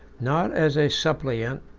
not as a suppliant,